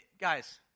guys